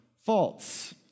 False